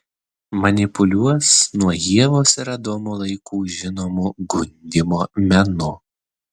manipuliuos nuo ievos ir adomo laikų žinomu gundymo menu